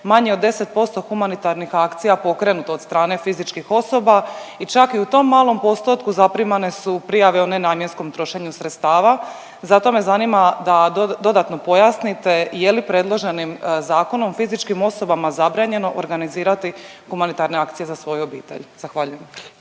manje od 10% humanitarnih akcija pokrenuto od strane fizičkih osoba i čak i u tom malom postotku zaprimane su prijave o nenamjenskom trošenju sredstava, zato me zanima da dodatno pojasnite je li predloženim zakonom fizičkim osobama zabranjeno organizirati humanitarne akcije za svoju obitelj? Zahvaljujem.